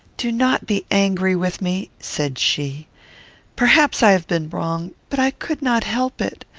do not be angry with me, said she perhaps i have been wrong, but i could not help it.